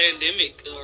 pandemic